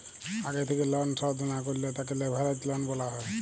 আগে থেক্যে লন শধ না করলে তাকে লেভেরাজ লন বলা হ্যয়